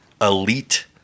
elite